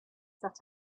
that